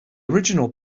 original